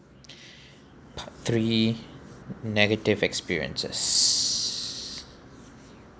part three negative experiences